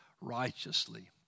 righteously